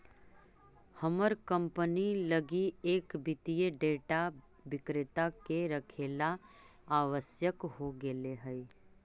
हमर कंपनी लगी एक वित्तीय डेटा विक्रेता के रखेला आवश्यक हो गेले हइ